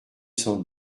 cent